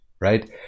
right